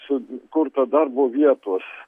su kurta darbo vietos